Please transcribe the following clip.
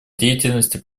деятельности